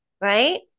right